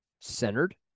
centered